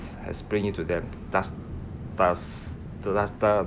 has bring it to them thus thus thus th~